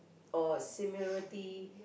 or similarity